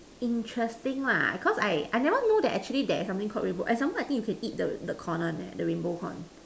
interesting lah cause I I never know that actually there's something called rainbow and some more I think you can eat the the corn leh the the rainbow corn